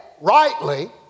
rightly